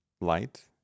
light